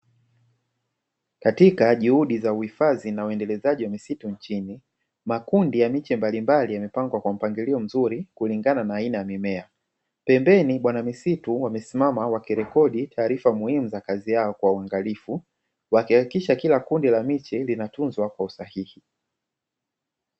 Katika juhudi za uhifadhi na uendelezaji wa misitu nchini. Makundi ya miche mbalimbali yamepangwa kwa mpangilio mzuri kulingana na aina ya mimea. Pembeni bwana misitu wamesimama, wakirekodi taarifa muhimu za kazi yao kwa uangalifu, wakihakikisha kila kundi la miche linatunzwa kwa usahihi.